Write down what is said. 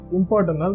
important